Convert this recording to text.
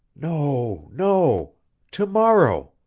no, no to-morrow.